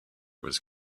was